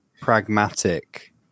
pragmatic